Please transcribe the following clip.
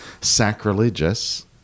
sacrilegious